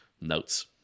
notes